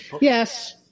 Yes